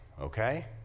Okay